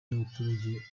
n’abaturage